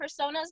personas